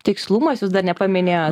tikslumas jūs dar nepaminėjot